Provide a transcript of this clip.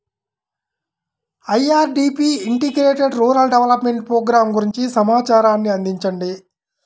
IRDP integrated rural development program గురించి సమాచారాన్ని అందించండి?